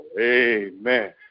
amen